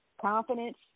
confidence